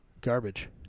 Garbage